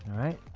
right